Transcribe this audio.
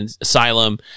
asylum